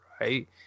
right